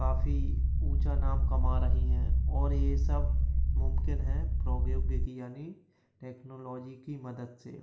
काफी ऊंचा नाम कमा रही हैं और ये सब मुमकिन है प्रौद्योगिकी यानी टेक्नोलॉजी की मदद से